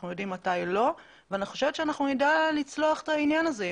אנחנו יודעים מתי לא ואני חושבת שנדע לצלוח את העניין הזה.